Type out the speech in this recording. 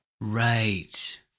right